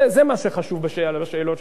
זה מה שחשוב בשאלות שלך,